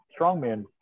strongman